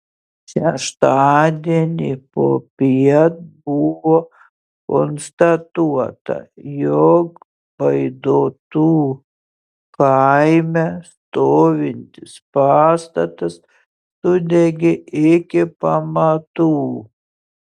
šeštadienį popiet buvo konstatuota jog baidotų kaime stovintis pastatas sudegė iki pamatų